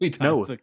No